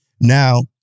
Now